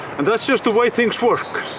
and that's just the way things work.